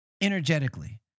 energetically